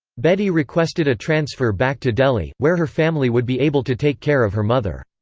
bedi requested a transfer back to delhi, where her family would be able to take care of her mother.